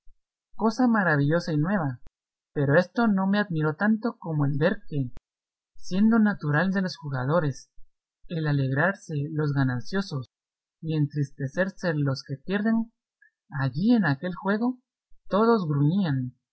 cosa maravillosa y nueva pero esto no me admiró tanto como el ver que siendo natural de los jugadores el alegrarse los gananciosos y entristecerse los que pierden allí en aquel juego todos gruñían